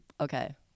okay